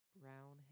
brown